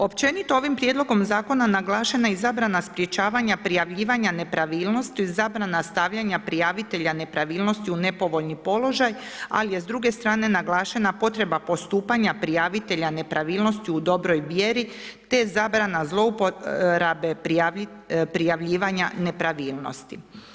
Općenito ovim prijedlogom zakona naglašena je i zabrana sprečavanja prijavljivanja nepravilnosti, zabrana stavljanja prijavitelja nepravilnosti u nepovoljni položaj, ali je s druge strane naglašena potreba postupanja prijavitelja nepravilnosti u dobroj vjeri, te zabrana zloupotrebe prijavljivanja nepravilnosti.